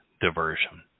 diversion